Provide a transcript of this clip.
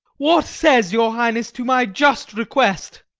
what says your highness to my just request?